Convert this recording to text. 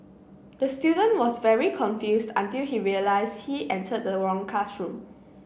the student was very confused until he realised he entered the wrong classroom